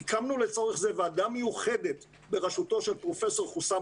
הקמנו לצורך זה ועדה מיוחדת בראשותו של פרופ' חוסאם